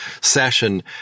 session